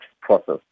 process